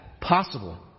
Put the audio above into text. possible